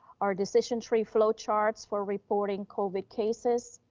our decision tree flow charts for reporting covid cases,